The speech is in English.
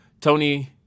Tony